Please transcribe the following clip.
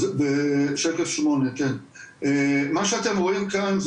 מה שאתם רואים כאן,